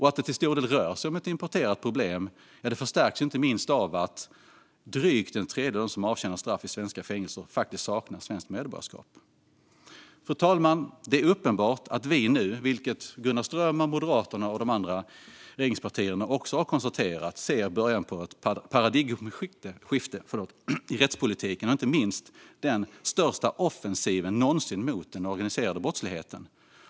Att det till stor del rör sig om ett importerat problem förstärks inte minst av att drygt en tredjedel av dem som avtjänar straff i svenska fängelser saknar svenskt medborgarskap. Fru talman! Det är uppenbart att vi nu, vilket Gunnar Strömmer och Moderaterna samt de andra regeringspartierna också har konstaterat, ser början på ett paradigmskifte i rättspolitiken och inte minst den största offensiven någonsin mot den organiserade brottsligheten.